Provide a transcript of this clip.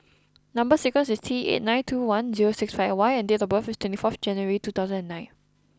number sequence is T eight nine two one zero six five Y and date of birth is twenty fourth January two thousand and nine